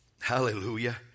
hallelujah